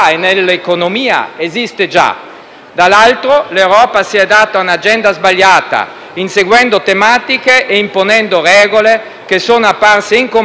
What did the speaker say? dall'altro, l'Europa si è data un'agenda sbagliata, inseguendo tematiche e imponendo regole che sono apparse incomprensibili agli occhi dei suoi cittadini.